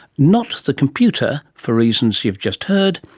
not the computer, for reasons you've just heard,